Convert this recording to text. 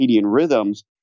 rhythms